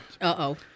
Uh-oh